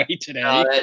today